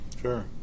Sure